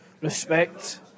respect